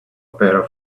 pair